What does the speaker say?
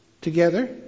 together